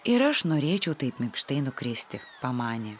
ir aš norėčiau taip minkštai nukristi pamanė